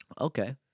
Okay